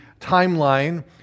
timeline